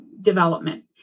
development